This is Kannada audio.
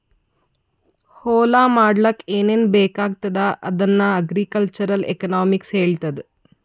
ಹೊಲಾ ಮಾಡ್ಲಾಕ್ ಏನೇನ್ ಬೇಕಾಗ್ತದ ಅದನ್ನ ಅಗ್ರಿಕಲ್ಚರಲ್ ಎಕನಾಮಿಕ್ಸ್ ಹೆಳ್ತುದ್